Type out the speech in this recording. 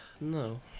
No